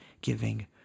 giving